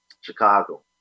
Chicago